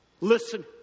Listen